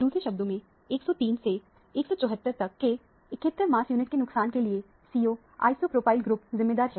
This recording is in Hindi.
दूसरे शब्दों में 103 से 174 तक के 71 मास यूनिट के नुकसान के लिए CO आइसोप्रोफाइल ग्रुप जिम्मेदार है